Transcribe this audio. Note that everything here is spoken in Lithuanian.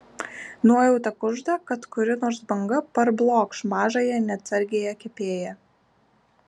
nuojauta kužda kad kuri nors banga parblokš mažąją neatsargiąją kepėją